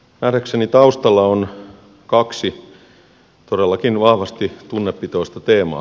nähdäkseni taustalla on kaksi todellakin vahvasti tunnepitoista teemaa